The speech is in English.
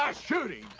shoot him?